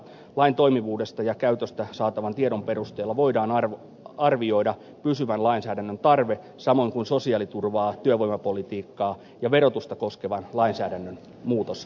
lain toimivuudesta ja käytöstä saatavan tiedon perusteella voidaan arvioida pysyvän lainsäädännön tarve samoin kuin sosiaaliturvaa työvoimapolitiikkaa ja verotusta koskevan lainsäädännön muutostarpeet